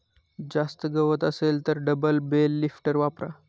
जास्त गवत असेल तर डबल बेल लिफ्टर वापरा